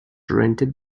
rented